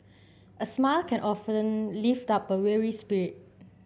a smile can often lift up a weary spirit